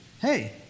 hey